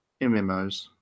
MMOs